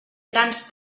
grans